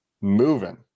moving